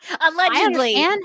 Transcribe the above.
Allegedly